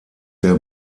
der